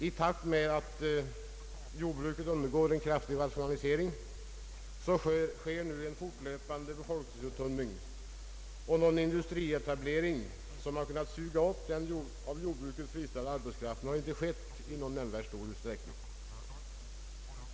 I takt med att jordbruket nu undergår en kraftig rationalisering sker en fortlöpande befolkningsuttunning, och någon industrietablering, som har kunnat suga upp den från jordbruket friställda arbetskraften, har inte skett i någon nämnvärd utsträckning.